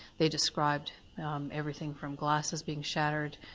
they described everything from glasses being shattered,